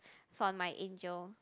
for my angel